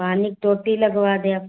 panic टोंटी लगवा देव